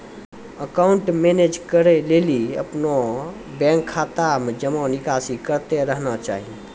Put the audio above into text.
account manage करै लेली अपनो बैंक खाता मे जमा निकासी करतें रहना चाहि